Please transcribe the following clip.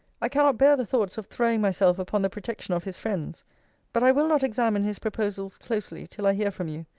i cannot bear the thoughts of throwing myself upon the protection of his friends but i will not examine his proposals closely till i hear from you.